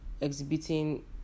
exhibiting